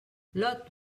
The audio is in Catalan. lot